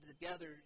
together